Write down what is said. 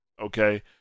okay